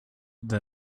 that